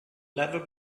level